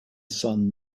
son